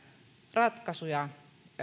ratkaisuja